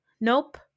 Nope